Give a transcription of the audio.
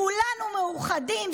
כולנו מאוחדים,